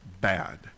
bad